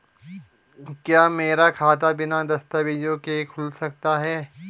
क्या मेरा खाता बिना दस्तावेज़ों के खुल सकता है?